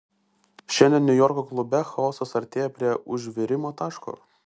šiandien niujorko klube chaosas artėja prie užvirimo taško